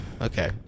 Okay